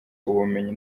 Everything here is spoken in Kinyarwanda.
ubumenyi